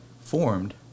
formed